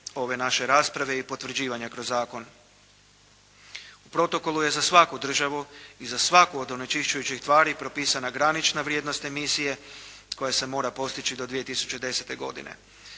ove naše rasprave i potvrđivanja kroz zakon. U protokolu je za svaku državu i za svaku od onečišćujućih tvari propisana granična vrijednost emisije koja se mora postići do 2010.